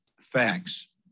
facts